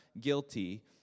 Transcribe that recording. guilty